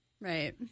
right